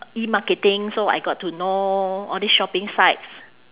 e-marketing so I got to know all these shopping site